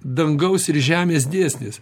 dangaus ir žemės dėsnis